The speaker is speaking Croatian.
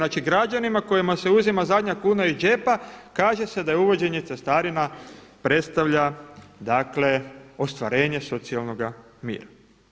Znači građanima kojima se uzima zadnja kuna iz džepa kaže se da je uvođenje cestarina predstavlja ostvarenje socijalnog mira.